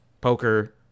poker